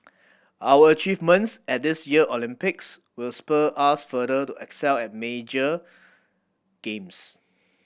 our achievements at this year Olympics will spur us further to excel at major games